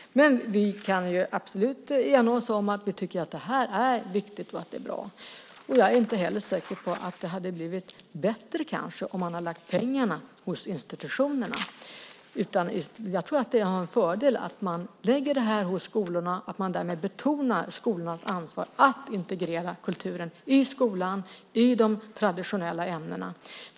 Men vi kan absolut ena oss om att vi tycker att det här är viktigt och bra. Jag är inte säker på att det hade blivit bättre om man hade lagt pengarna hos institutionerna, utan jag tror att det är en fördel att man lägger dem hos skolorna och därmed betonar skolornas ansvar att integrera kulturen i skolan i de traditionella ämnena.